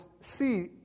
see